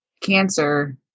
cancer